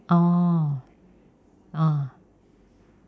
orh ah